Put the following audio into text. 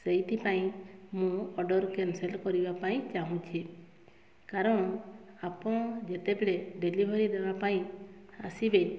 ସେଇଥିପାଇଁ ମୁଁ order cancel କରିବା ପାଇଁ ଚାହୁଁଛି କାରଣ ଆପଣ ଯେତେବେଳେ ଡେଲିଭରୀ ଦେବା ପାଇଁ ଆସିବେ